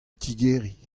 tigeriñ